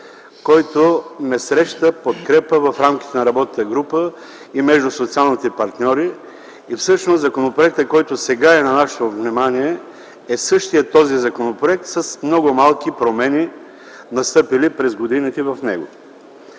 който не среща подкрепа в рамките на работната група и между социалните партньори. Всъщност законопроектът, който сега е на нашето внимание, е същият с много малки промени, настъпили през годините в него.